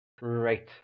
Right